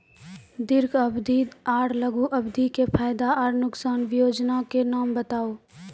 दीर्घ अवधि आर लघु अवधि के फायदा आर नुकसान? वयोजना के नाम बताऊ?